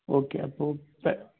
okay അപ്പോൾ ഇപ്പം